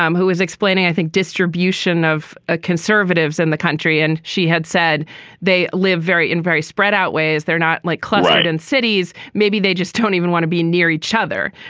um who is explaining, i think, distribution of ah conservatives in the country. and she had said they live very in very spread out ways. they're not like chloride in cities. maybe they just tone even want to be near each other.